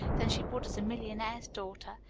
than she would as a millionaire's daughter.